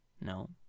No